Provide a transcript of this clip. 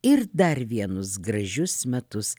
ir dar vienus gražius metus